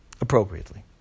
Appropriately